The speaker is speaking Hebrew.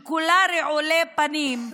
שכולה רעולי פנים,